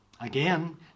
Again